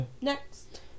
Next